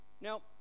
Now